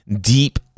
deep